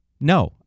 no